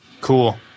Cool